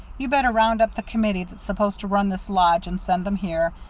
you'd better round up the committee that's supposed to run this lodge and send them here.